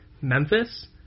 Memphis